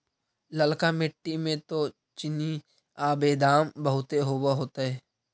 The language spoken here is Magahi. ललका मिट्टी मे तो चिनिआबेदमां बहुते होब होतय?